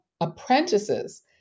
apprentices